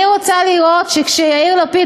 אני רוצה לראות שיאיר לפיד,